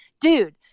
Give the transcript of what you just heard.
dude